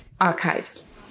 archives